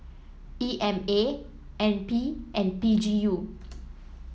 E M A N P and P G U